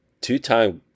Two-time